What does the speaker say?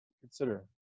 consider